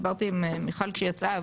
דיברתי עם מיכל כשהיא יצאה,